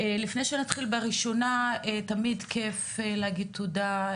לפני שנתחיל בראשונה, תמיד כיף להגיד תודה.